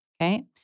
Okay